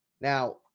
Now